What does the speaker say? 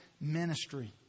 ministry